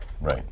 Right